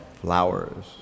flowers